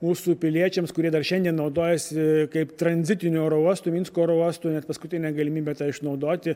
mūsų piliečiams kurie dar šiandien naudojasi kaip tranzitiniu oro uostu minsko oro uostu paskutinė galimybė išnaudoti